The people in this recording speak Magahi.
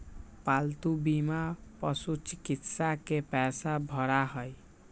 पालतू बीमा पशुचिकित्सा के पैसा भरा हई